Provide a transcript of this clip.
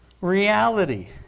reality